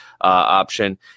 option